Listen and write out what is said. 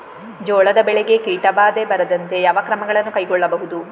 ಜೋಳದ ಬೆಳೆಗೆ ಕೀಟಬಾಧೆ ಬಾರದಂತೆ ಯಾವ ಕ್ರಮಗಳನ್ನು ಕೈಗೊಳ್ಳಬಹುದು?